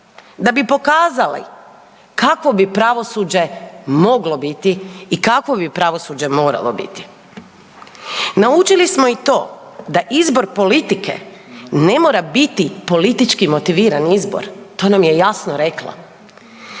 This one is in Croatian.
da bi pokazale kako bi pravosuđe moglo biti i kakvo bi pravosuđe moralo biti. Naučili smo i to da izbor politike ne mora biti politički motiviran izbor, to nam je jasno rekla,